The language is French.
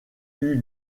eut